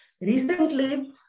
Recently